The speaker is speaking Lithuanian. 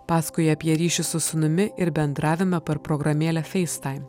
paskoja apie ryšį su sūnumi ir bendravimą per programėlę feistaim